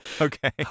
Okay